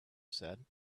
said